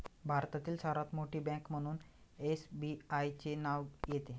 भारतातील सर्वात मोठी बँक म्हणून एसबीआयचे नाव येते